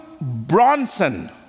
Bronson